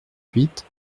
huit